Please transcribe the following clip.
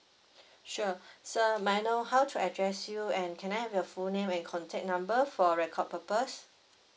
sure sir may I know how to address you and can I have your full name and contact number for record purpose